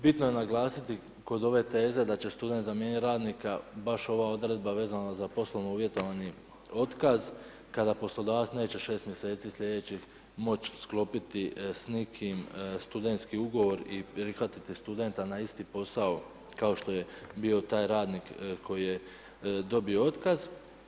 Bitno je naglasiti kod ove teze da će student zamijeniti radnika, baš ova odredba vezano za poslovno uvjetovani otkaz kada poslodavac neće 6 mjeseci sljedećih moći sklopiti s nikim studentski ugovor i prihvatiti studenta na isti posao kao što je bio taj radnik koji je dobio otkaz.